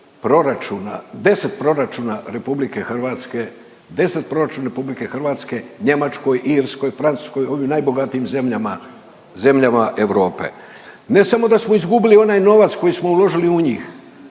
10 proračuna Republike Hrvatske, 10 proračuna Republike Hrvatske Njemačkoj, Irskoj, Francuskoj, ovim najbogatijim zemljama, zemljama Europe. Ne samo da smo izgubili onaj novac koji smo uložili u njih,